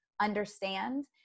understand